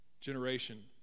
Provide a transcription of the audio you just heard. generation